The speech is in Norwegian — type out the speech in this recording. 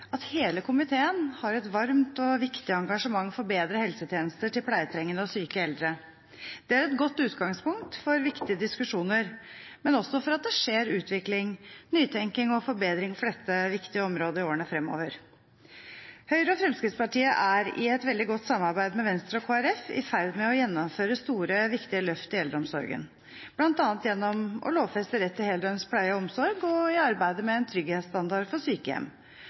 at hele komiteen har et varmt og viktig engasjement for bedre helsetjenester til pleietrengende og syke eldre. Det er et godt utgangspunkt for viktige diskusjoner, men også for at det skjer utvikling, nytenking og forbedring på dette viktige området i årene fremover. Høyre og Fremskrittspartiet er, i et veldig godt samarbeid med Venstre og Kristelig Folkeparti, i ferd med å gjennomføre store, viktige løft i eldreomsorgen, bl.a. gjennom å lovfeste rett til heldøgns pleie og omsorg og i arbeidet med en trygghetsstandard for sykehjem.